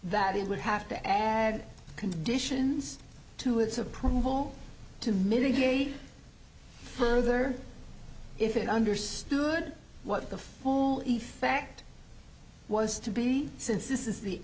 that it would have to add conditions to its approval to mitigate further if it understood what the full effect was to be since this is the